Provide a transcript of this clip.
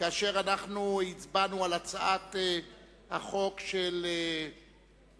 כאשר אנחנו הצבענו על הצעת החוק הסדרת עיסוק